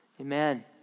amen